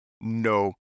No